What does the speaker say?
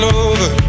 over